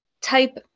type